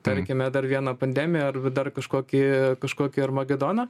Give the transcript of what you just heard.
tarkime dar vieną pandemiją ar dar kažkokį kažkokį armagedoną